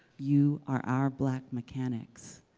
you are our black mechanics,